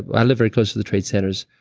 i lived very close to the trade centers.